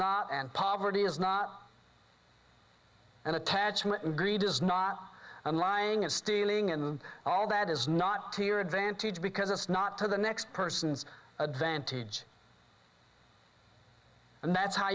not and poverty is not an attachment and greed is not i'm lying and stealing and all that is not to your advantage because it's not to the next person's advantage and that's how